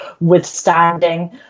withstanding